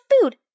food